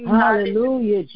hallelujah